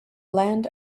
land